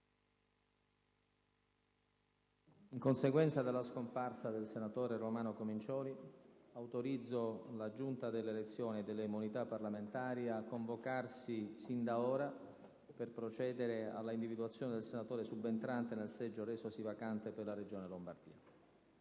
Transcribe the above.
In conseguenza della scomparsa del senatore Romano Comincioli, autorizzo la Giunta delle elezioni e delle immunità parlamentari a convocarsi sin da ora per procedere alla individuazione del senatore subentrante nel seggio resosi vacante per la Regione Lombardia.